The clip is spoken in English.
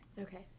Okay